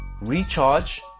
recharge